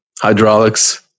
Hydraulics